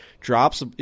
drops